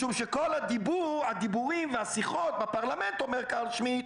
משום שכל הדיבורים בפרלמנט, אומר קארל שמידט,